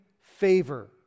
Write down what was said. favor